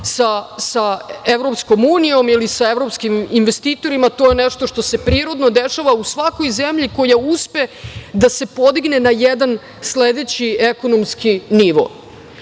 sa EU ili sa evropskim investitorima. To je nešto što se prirodno dešava u svakoj zemlji koja uspe da se podigne na jedan sledeći ekonomski nivo. Sada